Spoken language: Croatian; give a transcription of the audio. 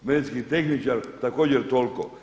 Medicinski tehničar također toliko.